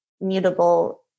mutable